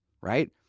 Right